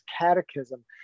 catechism